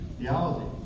theology